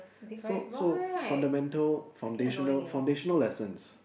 so so fundamental foundational foundational lessons